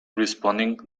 responding